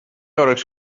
oleks